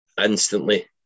instantly